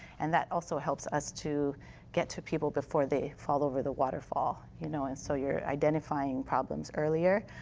and that also helped us to get to people before they fall over the waterfall. you know and so you're identifying problems earlier.